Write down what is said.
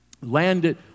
landed